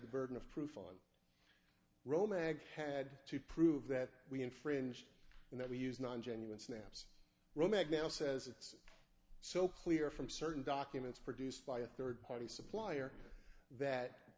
the burden of proof on roe magged had to prove that we infringe and that we use non genuine snaps romig now says it's so clear from certain documents produced by a third party supplier that